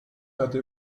hatte